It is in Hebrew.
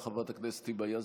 חברת הכנסת היבה יזבק,